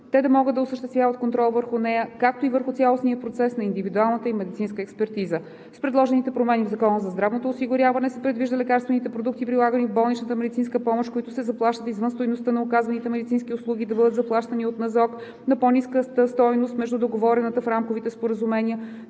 те да могат да осъществяват контрол върху нея, както и върху цялостния процес на индивидуалната им медицинска експертиза. С предложените промени в Закона за здравното осигуряване се предвижда лекарствените продукти, прилагани в болничната медицинска помощ, които се заплащат извън стойността на оказваните медицински услуги, да бъдат заплащани от Националната здравноосигурителна каса на по-ниската стойност между договорената в рамковите споразумения,